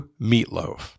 meatloaf